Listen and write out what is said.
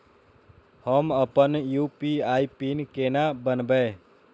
हम अपन UPI PIN केना बनैब?